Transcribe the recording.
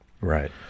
Right